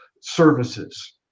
services